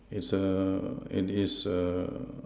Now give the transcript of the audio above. it's err and it's err